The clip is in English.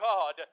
God